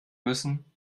müssen